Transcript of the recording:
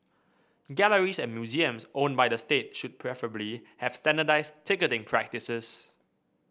galleries and museums owned by the state should preferably have standardised ticketing practices